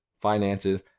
finances